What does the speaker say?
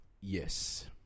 Yes